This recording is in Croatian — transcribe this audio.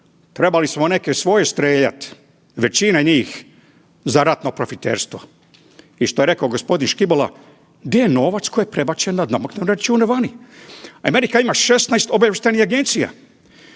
Trebali smo neke svoje strijeljat, većina njih za ratno profiterstvo. I što je rekao gospodin Škibola, gdje je novac koji je prebačen na bankovne račune vani. Amerika ima 16 obavještajnih agencija,